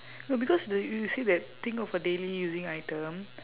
no because the y~ you say that think of a daily using item